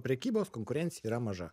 prekybos konkurencija yra maža